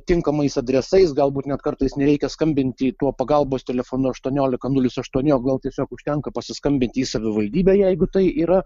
tinkamais adresais galbūt net kartais nereikia skambinti tuo pagalbos telefonu aštuoniolika nulis aštuoni o gal tiesiog užtenka pasiskambint į savivaldybę jeigu tai yra